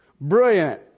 Brilliant